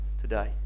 today